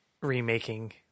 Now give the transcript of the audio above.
remaking